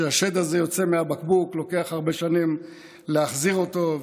וכשהשד הזה יוצא מהבקבוק לוקח הרבה שנים להחזיר אותו.